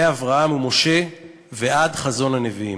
מאברהם ומשה ועד חזון הנביאים.